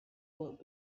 work